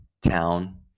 town